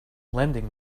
lending